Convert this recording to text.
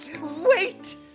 Wait